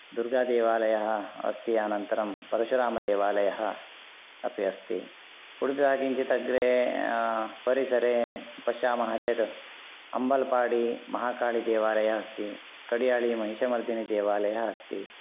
दुर्गादेवालयः अस्ति अनन्तरं परशुरामदेवालयः अपि अस्ति उडुपीतः किञ्चित् अग्रे परिसरे पश्यामः चेत् अम्बल्पाडी महाकालीदेवालयः अस्ति कडियालि महिषमर्दिनिदेवालयः अस्ति